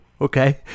okay